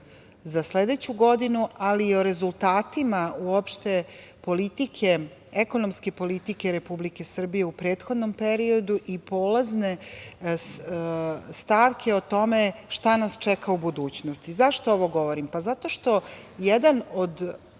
za sledeću godinu, ali i o rezultatima uopšte politike, ekonomske politike Republike Srbije u prethodnom periodu i polazne stavke o tome šta nas čeka u budućnosti.Zašto ovo govorim? Zato što je jedan od